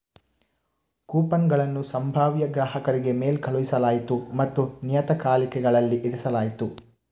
ಕೂಪನುಗಳನ್ನು ಸಂಭಾವ್ಯ ಗ್ರಾಹಕರಿಗೆ ಮೇಲ್ ಕಳುಹಿಸಲಾಯಿತು ಮತ್ತು ನಿಯತಕಾಲಿಕೆಗಳಲ್ಲಿ ಇರಿಸಲಾಯಿತು